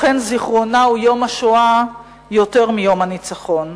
לכן זיכרונה הוא יום השואה יותר מיום הניצחון.